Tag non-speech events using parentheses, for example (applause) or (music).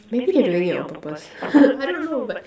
maybe they're doing it on purpose (laughs) I don't know but